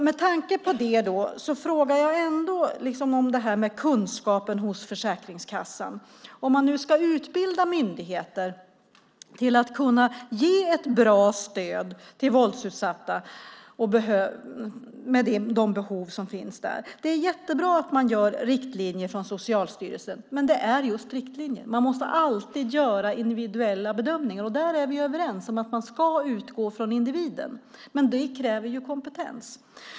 Med tanke på det vill jag ändå fråga om det här med kunskapen hos Försäkringskassan, om man nu ska utbilda myndigheter för att kunna ge ett bra stöd till våldsutsatta med de behov som finns där. Det är jättebra att Socialstyrelsen ger riktlinjer, men det är just riktlinjer. Man måste alltid göra individuella bedömningar. Där är vi överens om att man ska utgå från individen. Men det kräver kompetens.